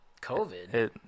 COVID